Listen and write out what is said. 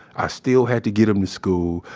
i still had to get them to school.